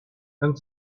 and